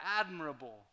admirable